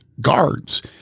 guards